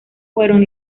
fueron